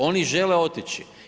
Oni žele otići.